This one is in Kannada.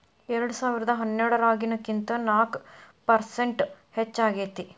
ಎರೆಡಸಾವಿರದಾ ಹನ್ನೆರಡರಾಗಿನಕಿಂತ ನಾಕ ಪರಸೆಂಟ್ ಹೆಚಗಿ ಆಗೇತಿ